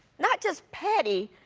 not just petty,